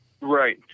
Right